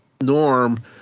norm